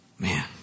Man